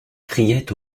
criait